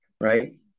Right